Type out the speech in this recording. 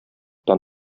дан